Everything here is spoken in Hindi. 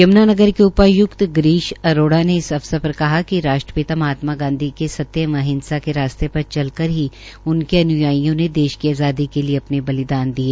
यम्नानगर के उपाय्क्त गिरीश अरोड़ा ने इस अवसर पर कहा कि राष्ट्रपिता महात्मा गांधी के सत्य एवं अहिंसा के रास्ते पर चलकर उनके अन्यायियों ने देश की आज़ादी के लिये अपने बलिदान दिए